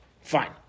Fine